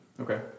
Okay